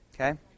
Okay